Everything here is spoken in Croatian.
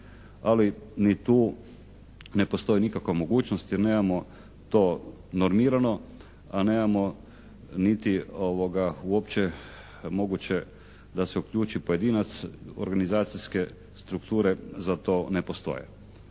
ali ni tu ne postoji nikakva mogućnost jer nemamo to normirano a nemamo niti uopće moguće da se uključi pojedinac. Organizacijske strukture za to ne postoje.